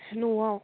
न'आव